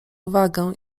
uwagę